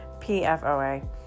pfoa